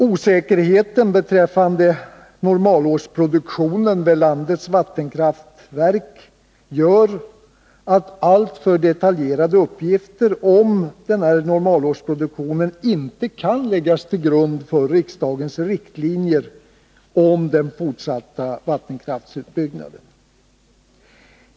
Osäkerheten beträffande normalårsproduktionen vid landets vattenkraftverk gör att alltför detaljerade uppgifter om denna produktion inte kan läggas till grund för riksdagens riktlinjer om den fortsatta vattenkraftsutbyggnaden.